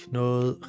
noget